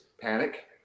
panic